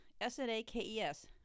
S-N-A-K-E-S